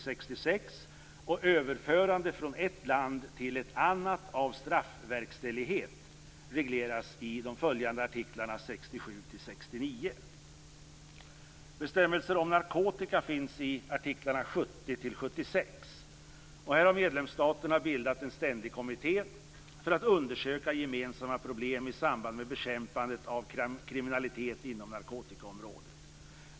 66 och överförande från ett land till ett annat av straffverkställighet regleras i de följande artiklarna 70-76. Medlemsstaterna har bildat en ständig kommitté för att undersöka gemensamma problem i samband med bekämpandet av kriminalitet inom narkotikaområdet.